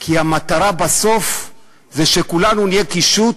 כי המטרה בסוף זה שכולנו נהיה קישוט